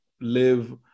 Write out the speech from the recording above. live